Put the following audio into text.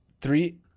three